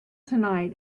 tonight